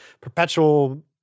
Perpetual